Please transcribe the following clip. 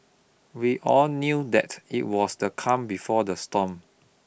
we all knew that it was the calm before the storm